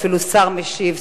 ואפילו שר משיב,